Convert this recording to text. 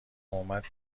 اومد